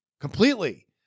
completely